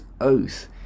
oath